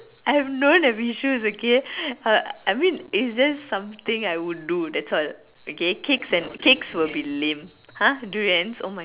I'm not that vicious okay uh I mean is there something I would do that's all okay cakes and cakes will be lame !huh! durians oh my god